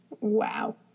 Wow